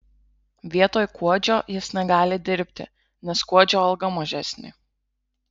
vietoj kuodžio jis negali dirbti nes kuodžio alga mažesnė